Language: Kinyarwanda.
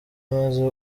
maze